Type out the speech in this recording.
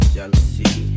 Jealousy